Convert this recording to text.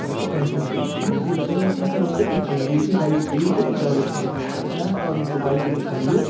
اسہِ کُس ٹیٚنشَن چھُ تِم چیٖز تُلۍ سۭتۍ تِم کَرو أسۍ تٔتتھٕے چینٛج یُتھٕے بایک بیٖٹھ تٔتی کَرو أسۍ چینٛج بیٛاکھ پرٛابلِم چھِ بایکہِ گژھان یہِ